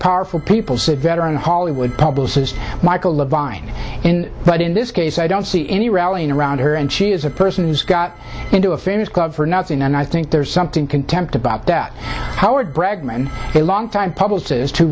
powerful people said veteran hollywood publicist michael divine in but in this case i don't see any rallying around her and she is a person who's got into a famous club for nothing and i think there's something contempt about that howard bragman a long time publicist